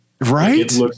Right